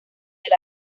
del